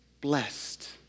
Blessed